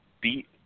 beat